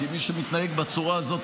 כי מי שמתנהג בצורה הזאת,